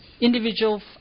individual